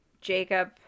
Jacob